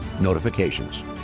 notifications